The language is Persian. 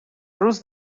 روز